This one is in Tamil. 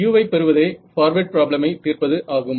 u ஐப் பெறுவதே பார்வேர்ட் ப்ராப்ளமை தீர்ப்பது ஆகும்